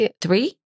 three